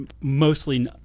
Mostly –